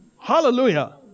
Hallelujah